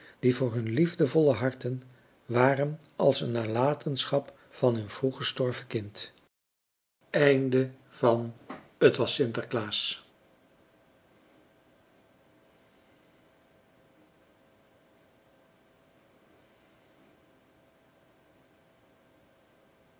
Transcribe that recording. die voor hunne liefdevolle harten waren als een nalatenschap van hun vroeggestorven kind